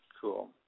Cool